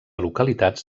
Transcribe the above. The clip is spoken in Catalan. localitats